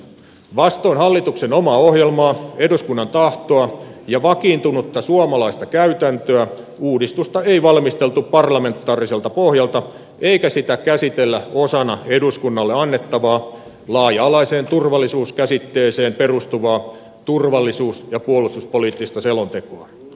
vastoin hallituksen omaa ohjelmaa eduskunnan tahtoa ja vakiintunutta suomalaista käytäntöä uudistusta ei valmisteltu parlamentaariselta pohjalta eikä sitä käsitellä osana eduskunnalle annettavaa laaja alaiseen turvallisuuskäsitteeseen perustuvaa turvallisuus ja puolustuspoliittista selontekoa